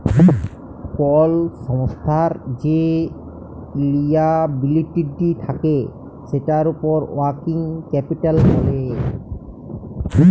call সংস্থার যে liability থাক্যে সেটার উপর ওয়ার্কিং ক্যাপিটাল ব্যলে